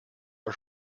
are